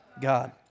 God